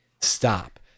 stop